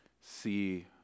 see